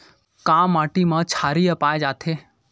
का माटी मा क्षारीय पाए जाथे?